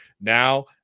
Now